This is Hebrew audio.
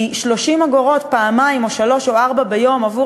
כי 30 אגורות פעמיים או שלוש או ארבע ביום עבור